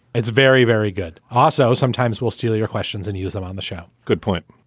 it's very, very good also sometimes will steal your questions and use them on the show. good point.